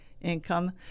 income